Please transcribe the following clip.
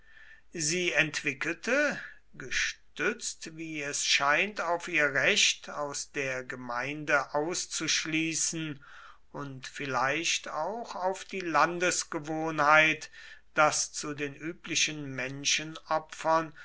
sie entwickelte gestützt wie es scheint auf ihr recht aus der gemeinde auszuschließen und vielleicht auch auf die landesgewohnheit daß zu den üblichen